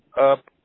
up